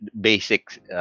basic